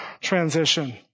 transition